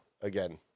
again